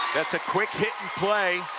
that's a quick hit and play,